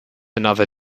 another